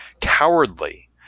Cowardly